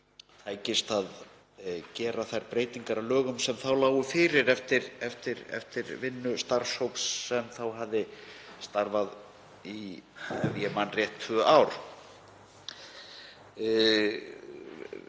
tækist að gera þær breytingar á lögum sem þá lágu fyrir eftir vinnu starfshóps sem hafði starfað, ef ég man rétt, í tvö ár.